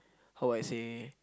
how I say